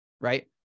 Right